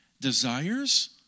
desires